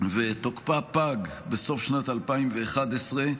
ותוקפה פג בסוף שנת 2011,